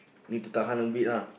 need to tahan a bit ah